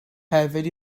hefyd